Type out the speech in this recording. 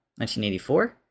1984